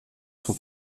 son